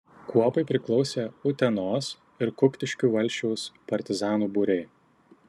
kuopai priklausė utenos ir kuktiškių valsčiaus partizanų būriai